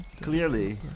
Clearly